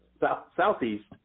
Southeast